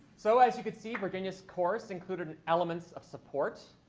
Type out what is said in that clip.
so as you could see, virginia's course included and elements of support,